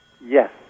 Yes